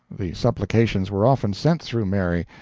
the supplications were often sent through mary,